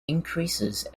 increases